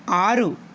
ఆరు